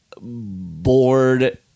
bored